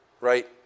Right